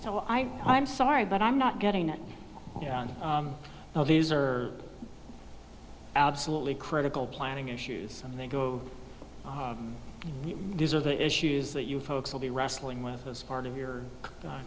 so i i'm sorry but i'm not getting it now these are absolutely critical planning issues and they go oh these are the issues that you folks will be wrestling with as part of your